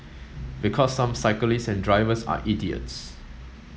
because some cyclists and drivers are idiots